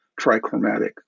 trichromatic